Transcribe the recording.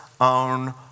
own